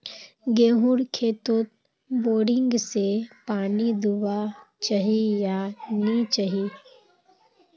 गेँहूर खेतोत बोरिंग से पानी दुबा चही या नी चही?